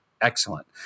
excellent